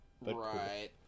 Right